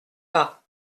pas